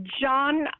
John